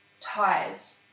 ties